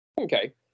Okay